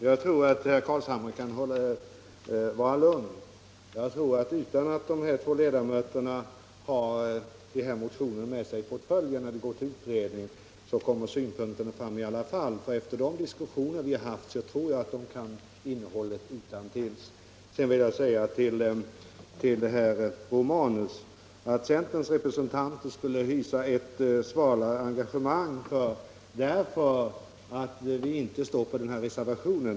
Herr talman! Jag tror att herr Carlshamre kan vara lugn utan att de båda ledamöterna har motionerna med sig i portföljen när de går till utredningen. Synpunkterna kommer fram i alla fall, för efter de diskussioner vi har haft kan de säkert innehållet utantill. Herr Romanus anser att centerns representanter skulle hysa ett svalare engagemang därför att vi inte står bakom reservationen.